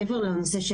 מעבר לנושא,